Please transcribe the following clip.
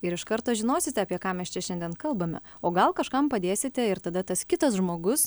ir iš karto žinosite apie ką mes čia šiandien kalbame o gal kažkam padėsite ir tada tas kitas žmogus